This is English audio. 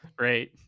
Right